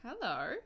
hello